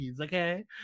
okay